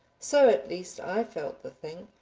so at least i felt the thing,